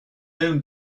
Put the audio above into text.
own